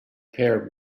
pair